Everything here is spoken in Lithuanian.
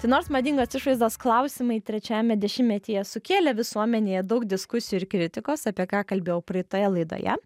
tai nors madingos išvaizdos klausimai trečiajame dešimtmetyje sukėlė visuomenėje daug diskusijų ir kritikos apie ką kalbėjau praeitoje laidoje